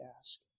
ask